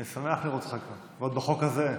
אתה לא תרגיש פראייר בנאום שלי.